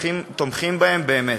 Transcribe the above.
תומכים בהם באמת.